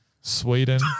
Sweden